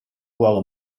ruolo